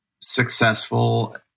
successful